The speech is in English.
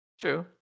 true